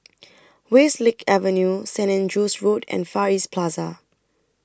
Westlake Avenue Stain Andrew's Road and Far East Plaza